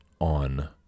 on